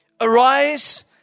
arise